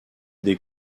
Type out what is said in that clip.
des